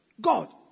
god